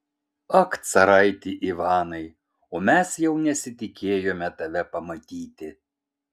ak caraiti ivanai o mes jau nesitikėjome tave pamatyti